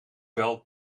wel